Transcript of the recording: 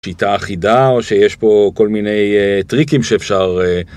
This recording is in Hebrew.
שיטה אחידה או שיש פה כל מיני טריקים שאפשר